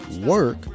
work